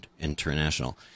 International